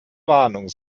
warnung